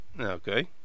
Okay